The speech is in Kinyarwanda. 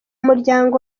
muryango